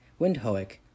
Windhoek